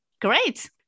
Great